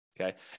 Okay